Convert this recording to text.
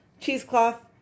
cheesecloth